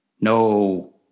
No